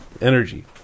Energy